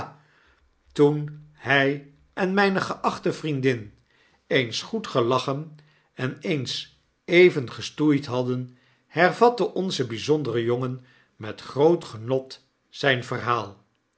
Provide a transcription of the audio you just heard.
toen hij en mijne geachte vriendin eens goed gelachen en eens even gestoeid hadden hervatte onze bflzondere jongen met groot genot zyn verhaal